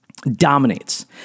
dominates